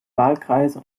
wahlkreise